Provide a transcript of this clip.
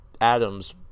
Adams